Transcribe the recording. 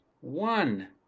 One